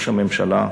ראש הממשלה,